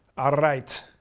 ah right.